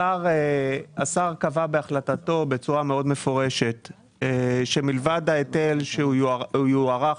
השר קבע בהחלטתו בצורה מאוד מפורשת שלבד מההיתר שיוארך